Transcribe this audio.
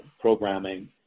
programming